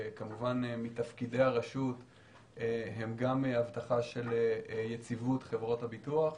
מתפקידי הרשות הם גם אבטחה של יציבות חברות הביטוח,